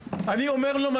אני אומר את זה בכאב.